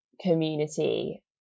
community